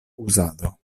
uzado